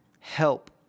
help